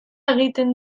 egiten